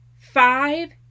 five